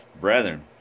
Brethren